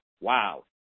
wow